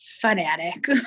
fanatic